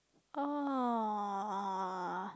oh